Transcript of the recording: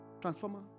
Transformer